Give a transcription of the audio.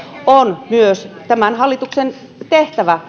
mikä myös on tämän hallituksen tehtävä